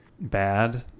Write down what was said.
bad